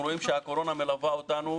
כי אנחנו רואים שהקורונה מלווה אותנו,